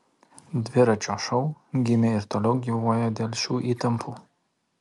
dviračio šou gimė ir toliau gyvuoja dėl šių įtampų